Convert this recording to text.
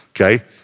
okay